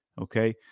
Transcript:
okay